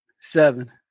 Seven